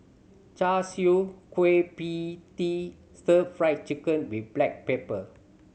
Char Siu Kueh Pie Tee Stir Fried Chicken with black pepper